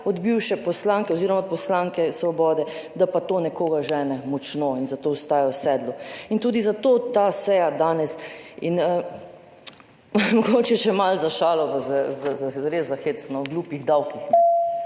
od bivše poslanke oz. od poslanke Svobode, da pa to nekoga žene močno in za to ostaja v sedlu. In tudi zato ta seja danes. In, mogoče še malo za šalo pa res za hecno, o glupih davkih.